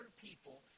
people